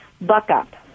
Buck-up